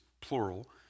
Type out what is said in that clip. plural